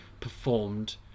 performed